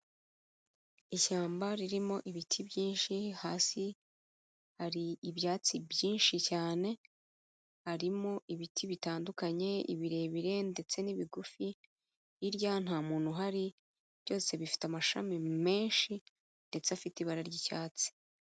Ishyamba ririmo ibiti byinshi, hasi hari ibyatsi byinshi cyane, harimo ibiti bitandukanye ibirebire ndetse n'ibigufi, hirya nta muntu uhari, byose bifite amashami menshi ndetse afite ibara ry'icyatsi.